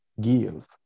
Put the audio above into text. give